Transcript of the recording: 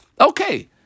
Okay